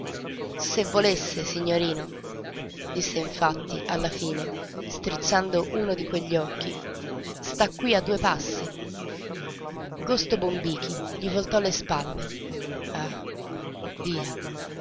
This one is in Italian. se volesse signorino disse infatti alla fine strizzando uno di quegli occhi sta qui a due passi gosto bombichi gli voltò le spalle ah via